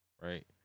right